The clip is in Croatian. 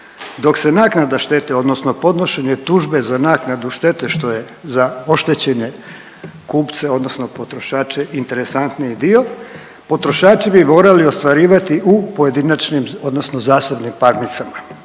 dok se naknada štete odnosno podnošenje tužbe za naknadu štete, što je za oštećene kupce odnosno potrošače interesantniji dio, potrošači bi morali ostvarivati u pojedinačnim odnosno zasebnim parnicama.